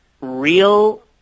real